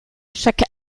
chaque